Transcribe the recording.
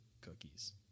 cookies